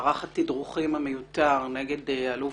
מערך התדרוכים המיותר נגד האלוף